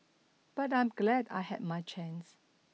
but I'm glad I had my chance